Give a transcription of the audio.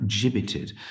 gibbeted